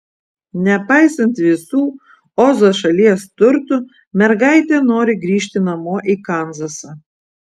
nepaisant visų ozo šalies turtų mergaitė nori grįžti namo į kanzasą